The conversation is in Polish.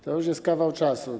To już jest kawał czasu.